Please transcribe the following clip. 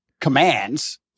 commands